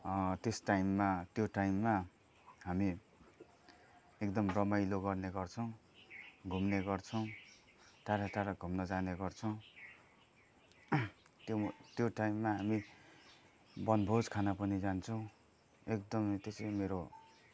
अँ त्यस टाइममा त्यो टाइममा हामी एकदम रमाइलो गर्ने गर्छौँ घुम्ने गर्छौँ टाढा टाढा घुम्नु जाने गर्छौँ त्यो त्यो टाइममा हामी वनभोज खान पनि जान्छौँ एकदमै त्यो चाहिँ मेरो